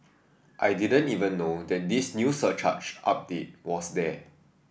I didn't even know that this new surcharge update was there